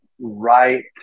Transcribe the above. right